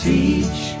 Teach